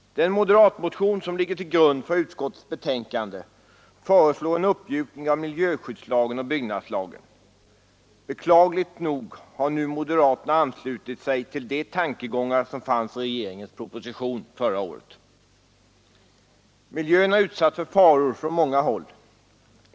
Den moderatmotion som ligger till grund för utskottets betänkande föreslår en uppmjukning av miljöskyddslagen och byggnadslagen. Beklagligt nog har moderaterna nu anslutit sig till de tankegångar som fanns i regeringens proposition förra året. Miljön är utsatt för faror från många håll.